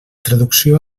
traducció